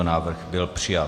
Návrh byl přijat.